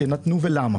שהם נתנו ולמה.